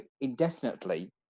indefinitely